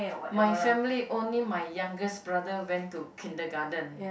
my family only my youngest brother went to Kindergarten